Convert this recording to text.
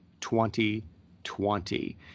2020